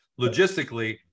logistically